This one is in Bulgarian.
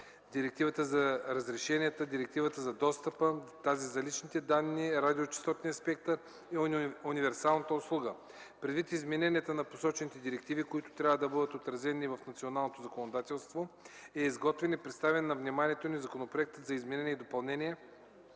Директивата за разрешенията, Директивата за достъпа, Директивата за личните данни, Директивата за радиочестотния спектър и Директивата за универсалната услуга. Предвид измененията на посочените директиви, които трябва да бъдат отразени и в националното ни законодателство, е изготвен и представен на вниманието ни Законопроектът за изменение и допълнение